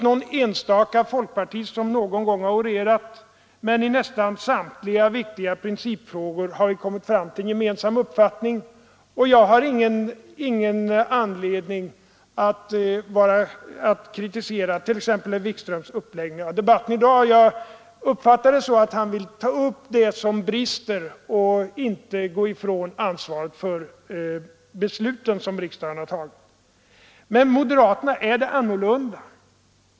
Någon enstaka folkpartist har någon gång orerat, men i nästan samtliga viktiga principfrågor har vi kommit fram till en gemensam uppfattning. Jag har ingen anledning att kritisera t.ex. herr Wikströms uppläggning av debatten i dag; jag uppfattar det så att han vill ta upp det som brister och inte går ifrån ansvaret för de beslut som riksdagen fattat. Men med moderaterna är det annorlunda.